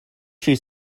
she